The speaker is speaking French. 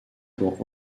pour